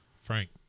Frank